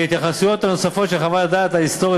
כי ההתייחסויות הנוספות של חוות הדעת ההיסטוריות